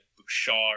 Bouchard